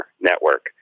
Network